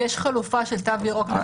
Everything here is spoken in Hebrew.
יש חלופה של תו ירוק לחוגים.